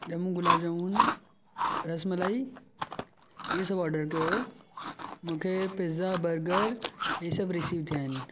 ॼमूं गुलाब जामुन रसमलाई इहे सभु ऑडर कयो हुओ मूंखे पिज़्ज़ा बर्गर इहे सभु रिसीव थिया आहिनि